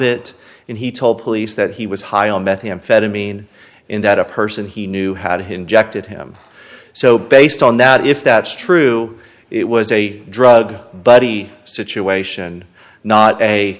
it and he told police that he was high on methamphetamine in that a person he knew how to injected him so based on that if that's true it was a drug buddy situation not a